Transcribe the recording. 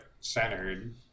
centered